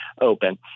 open